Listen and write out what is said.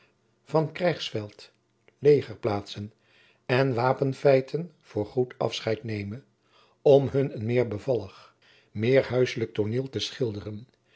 van krijgsveld legerplaatsen en wapenfeiten voor goed afscheid neme om hun een meer bevallig meer huisselijk tooneel te schilderen